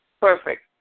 perfect